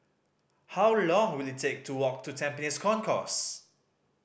how long will it take to walk to Tampines Concourse